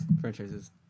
franchises